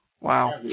wow